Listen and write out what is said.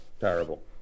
Terrible